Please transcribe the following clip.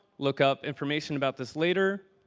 look up information about this later,